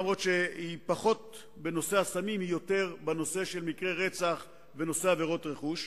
אף שהיא עוסקת פחות בסמים ויותר במקרי רצח ובעבירות רכוש.